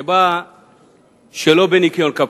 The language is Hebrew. שבאה שלא בניקיון כפיים.